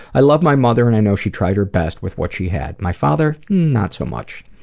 i love my mother and i know she tried her best with what she had. my father. not so much.